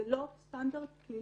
זה לא סטנדרט פלילי.